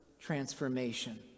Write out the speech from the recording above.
transformation